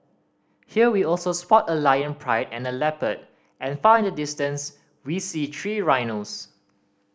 here we also spot a lion pride and a leopard and far in the distance we see three rhinos